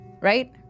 Right